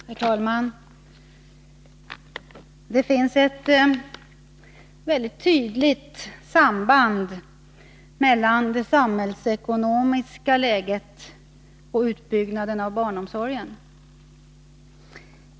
Herr talman! Det finns ett mycket tydligt samband mellan det samhällsekonomiska läget och utbyggnaden av barnomsorgen.